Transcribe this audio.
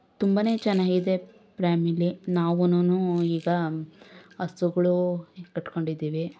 ತುಂಬಾನೇ ಚೆನ್ನಾಗಿದೆ ಪ್ಲ್ಯಾಮಿಲಿ ನಾವೂನು ಈಗ ಹಸುಗಳು ಕಟ್ಕೊಂಡಿದೀವಿ